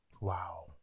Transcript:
Wow